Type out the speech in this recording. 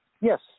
Yes